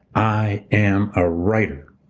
i am a writer.